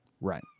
Right